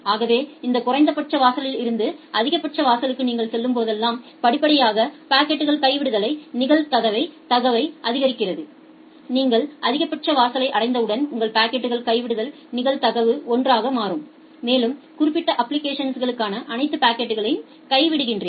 ஆகவே இந்த குறைந்தபட்ச வாசலில் இருந்து அதிகபட்ச வாசலுக்கு நீங்கள் செல்லும்போது படிப்படியாக பாக்கெட்கள் கைவிடுதல் நிகழ்தகவை அதிகரிக்கிறீர்கள் நீங்கள் அதிகபட்ச வாசலை அடைந்தவுடன் உங்கள் பாக்கெட்கள் கைவிடுதல் நிகழ்தகவு 1 ஆக மாறும் மேலும் குறிப்பிட்ட அப்ப்ளிகேஷன்ஸ்கான அனைத்து பாக்கெட்களையும் கைவிடுகிறீர்கள்